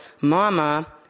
Mama